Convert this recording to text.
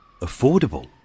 affordable